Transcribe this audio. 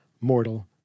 mortal